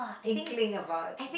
inkling about